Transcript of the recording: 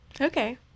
Okay